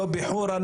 לא בחורה,